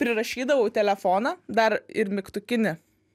prirašydavau į telefoną dar ir mygtukinį